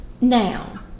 Now